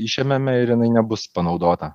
išėmėme ir jinai nebus panaudota